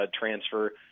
transfer